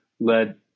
led